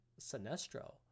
Sinestro